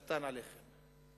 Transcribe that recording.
קטן עליכם.